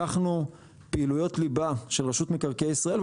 לקחנו פעילויות ליבה של רשות מקרקעי ישראל,